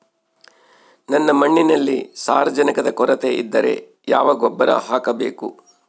ನನ್ನ ಮಣ್ಣಿನಲ್ಲಿ ಸಾರಜನಕದ ಕೊರತೆ ಇದ್ದರೆ ಯಾವ ಗೊಬ್ಬರ ಹಾಕಬೇಕು?